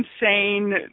insane